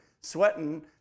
sweating